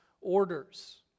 orders